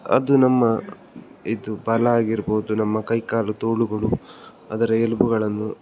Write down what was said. ಅದು ನಮ್ಮ ಇದು ಬಲ ಆಗಿರ್ಬೋದು ನಮ್ಮ ಕೈ ಕಾಲು ತೋಳುಗಳು ಅದರ ಎಲುಬುಗಳನ್ನು